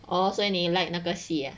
哦所以你 like 那个系 ah